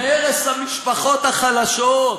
מהרס המשפחות החלשות,